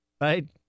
right